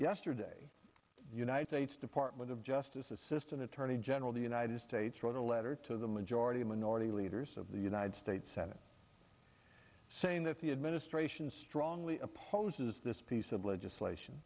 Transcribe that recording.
yesterday the united states department of justice assistant attorney general the united states wrote a letter to the majority minority leaders of the united states senate saying that the administration strongly opposes this piece of legislation